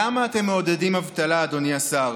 למה אתם מעודדים אבטלה, אדוני השר?